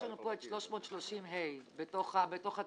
יש לנו את פה את 330ה בתוך (9).